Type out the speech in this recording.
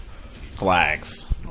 flags